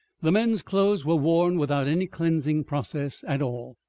the men's clothes were worn without any cleansing process at all,